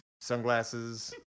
sunglasses